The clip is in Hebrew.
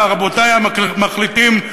רבותי המחליטים,